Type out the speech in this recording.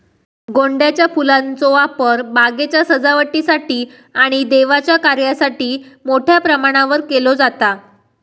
गोंड्याच्या फुलांचो वापर बागेच्या सजावटीसाठी आणि देवाच्या कार्यासाठी मोठ्या प्रमाणावर केलो जाता